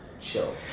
chill